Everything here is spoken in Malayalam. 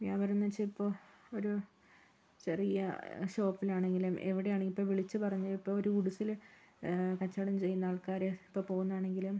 വ്യാപാരം എന്ന് വെച്ചാൽ ഇപ്പോൾ ഒരു ചെറിയ ഷോപ്പിലാണെങ്കിലും എവിടെയാണ് ഇപ്പോൾ വിളിച്ച് പറഞ്ഞ് ഇപ്പൊ ഒരു ഉട്സില് കച്ചോടം ചെയ്യുന്ന ആൾക്കാര് ഇപ്പോൾ പോവുന്നാണെങ്കിലും